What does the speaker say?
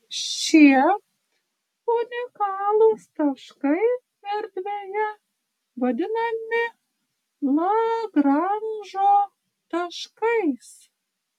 šie unikalūs taškai erdvėje vadinami lagranžo taškais